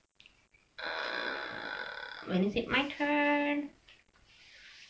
when is it my turn